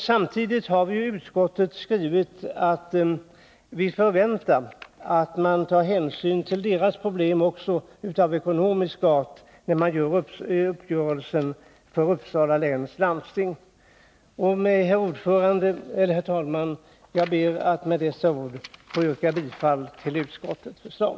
Samtidigt har utskottet skrivit att vi förväntar att man tar hänsyn till de problem som finns av ekonomisk art i samband med att en uppgörelse träffas för Uppsala läns landsting. Herr talman! Jag ber att med dessa ord få yrka bifall till utskottets förslag.